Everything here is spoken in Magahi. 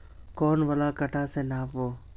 कौन वाला कटा से नाप बो?